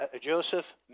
Joseph